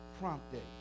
prompting